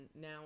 now